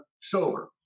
sober